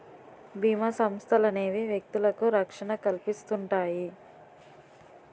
బీమా సంస్థలనేవి వ్యక్తులకు రక్షణ కల్పిస్తుంటాయి